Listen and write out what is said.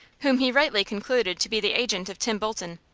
whom he rightly concluded to be the agent of tim bolton,